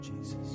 Jesus